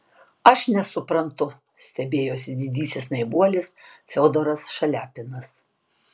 aš nesuprantu stebėjosi didysis naivuolis fiodoras šaliapinas